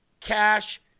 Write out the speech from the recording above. Cash